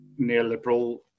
neoliberal